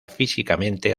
físicamente